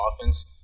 offense